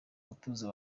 gutuza